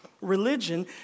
Religion